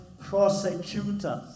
prosecutors